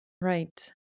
Right